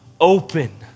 open